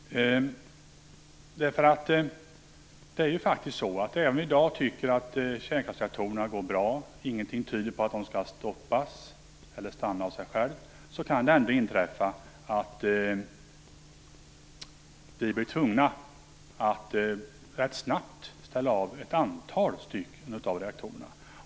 Även om vi i dag tycker att kärnkraftsreaktorerna går bra och ingenting tyder på att de skall stoppas eller stanna av sig själva kan det ändå inträffa att vi blir tvungna att rätt snabbt ställa av ett antal av reaktorerna.